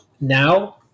now